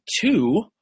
two